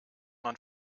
man